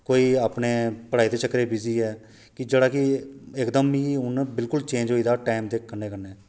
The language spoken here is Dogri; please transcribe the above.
कोई अपने पढ़ाई दे चक्के च वीजी ऐ कि जेह्ड़ा कि इक दम नि हून बिल्कुल चेंज होई गेदा टैम दे कन्नै कन्नै